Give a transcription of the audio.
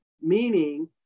meaning